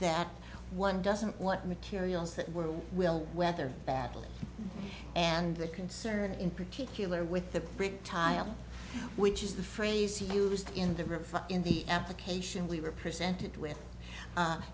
that one doesn't want materials that world will weather badly and the concern in particular with the brick tile which is the phrase used in the river in the application we were presented with